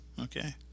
Okay